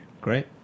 Great